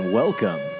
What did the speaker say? welcome